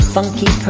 Funky